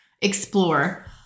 explore